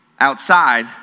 outside